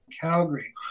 Calgary